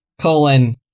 colon